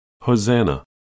Hosanna